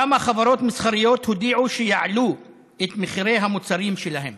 כמה חברות מסחריות הודיעו שיעלו את מחירי המוצרים שלהן.